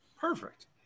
Perfect